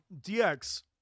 dx